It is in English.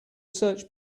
search